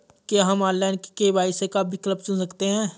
क्या हम online KYC का विकल्प चुन सकते हैं?